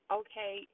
okay